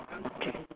okay